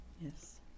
Yes